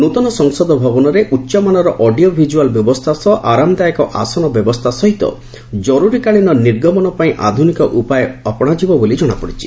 ନୂତନ ସଂସଦ ଭବନରେ ଉଚ୍ଚମାନର ଅଡ଼ିଓ ଭିକୁଆଲ୍ ବ୍ୟବସ୍ଥା ସହ ଆରାମଦାୟକ ଆସନ ବ୍ୟବସ୍ଥା ସହ ଜରୁରୀକାଳୀନ ନିର୍ଗମନ ପାଇଁ ଆଧୁନିକ ଉପାୟ ଆପଣାଯିବ ବୋଲି ଜଣାପଡ଼ିଛି